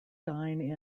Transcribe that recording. dine